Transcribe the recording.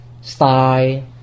style